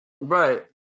right